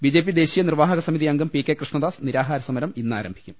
BJP ദേശീയ ന്ദിർവാഹകസമിതി അംഗം പി കെ കൃഷ്ണദാസ് നിരാഹാര സമർം ഇന്നാരംഭിക്കും